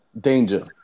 Danger